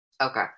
okay